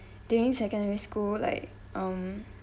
during secondary school like um